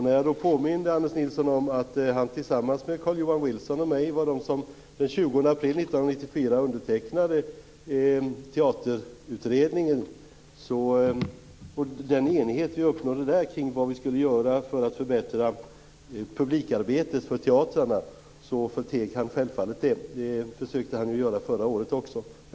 När jag påminde Anders Nilsson om teaterutredningen, som han tillsammans med Carl-Johan Wilson och mig undertecknade den 20 april 1994, och den enighet som vi uppnådde där om vad vi skulle göra för att förbättra publikarbetet för teatrarna förteg han självfallet detta. Det försökte han att göra förra året också.